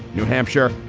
new hampshire,